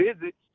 visits